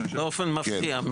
באופן מפתיע.